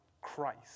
Christ